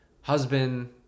husband